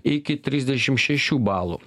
iki trisdešim šešių balų